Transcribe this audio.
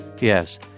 Yes